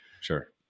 Sure